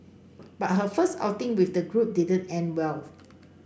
but her first outing with the group didn't end well